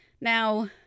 Now